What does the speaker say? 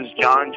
John